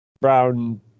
brown